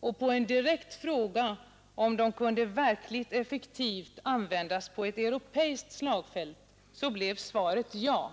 Och på en direkt fråga om de kunde verkligt effektivt användas på ett europeiskt slagfält blev svaret ja.